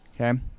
Okay